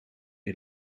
est